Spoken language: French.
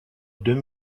deux